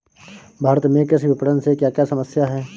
भारत में कृषि विपणन से क्या क्या समस्या हैं?